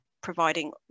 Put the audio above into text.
providing